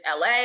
LA